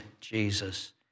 Jesus